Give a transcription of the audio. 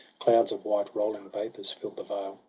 clouds of white rolling vapours fill the vale,